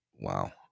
Wow